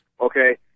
Okay